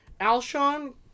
Alshon